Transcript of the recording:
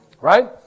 right